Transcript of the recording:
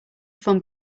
fun